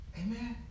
amen